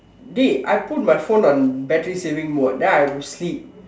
dey I put my phone on battery saving mode then I will sleep